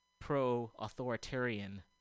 pro-authoritarian